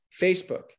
Facebook